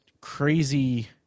crazy